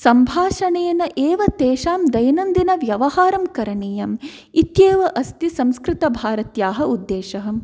सम्भाषणेन एव तेषां दैनन्दिनव्यवहारं करणीयम् इत्येव अस्ति संस्कृतभारत्याः उद्देशः